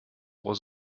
was